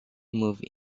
moved